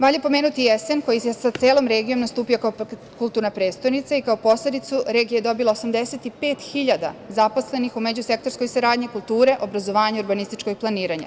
Valja pomenuti i Esen, koji je sa celom regijom nastupio kao kulturna prestonica i kao posledicu regija je dobila 85 hiljada zaposlenih u međusektorskoj saradnji kulture, obrazovanja i urbanističkog planiranja.